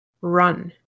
Run